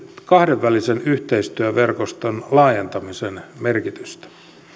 kahdenvälisen yhteistyöverkoston laajentamisen merkitystä